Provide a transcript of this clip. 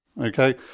Okay